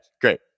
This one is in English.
great